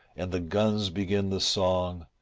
and the guns begin the song,